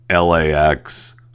LAX